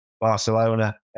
Barcelona